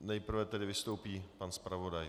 Nejprve tedy vystoupí pan zpravodaj.